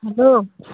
hello